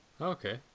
okay